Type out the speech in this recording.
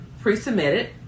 pre-submitted